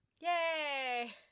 Yay